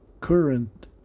current